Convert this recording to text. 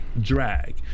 drag